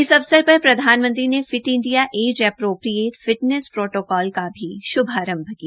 इस अवसर पर प्रधानमंत्री ने fit India age appropriate fitness protocol की भी शुभारंभ किया